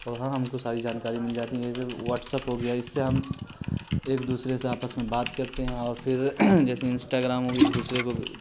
اور وہاں ہم کو ساری جانکاری مل جاتی ہیں جیسے واٹسپ ہو گیا اس سے ہم ایک دوسرے سے آپس میں بات کرتے ہیں اور پھر جیسے انسٹاگرام ہو گیا ایک دوسرے کو